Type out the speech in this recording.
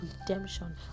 redemption